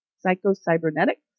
Psycho-Cybernetics